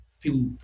people